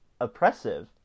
oppressive